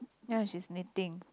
ya she's knitting